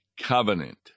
covenant